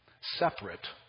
separate